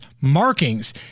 markings